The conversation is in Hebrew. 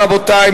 רבותי?